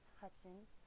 Hutchins